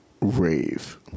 Rave